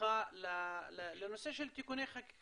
ממך לנושא של תיקוני חקיקה,